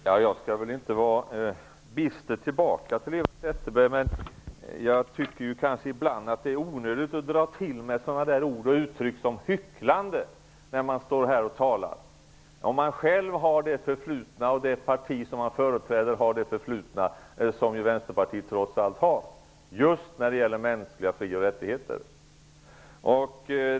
Herr talman! Jag vill inte vara bister mot Eva Zetterberg. Men jag tycker ibland att det är onödigt att dra till med ord och uttryck som ''hycklande''. Vänsterpartiet har ju ett förflutet just i fråga om mänskliga fri och rättigheter.